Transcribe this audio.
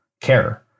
care